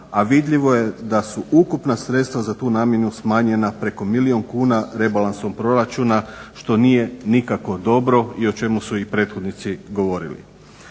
a vidljivo je da su ukupna sredstva za tu namjenu smanjena preko milijun kuna rebalansom proračuna što nije nikako dobro i o čemu su i prethodnici govorili.